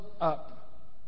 up